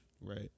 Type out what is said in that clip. Right